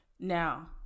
Now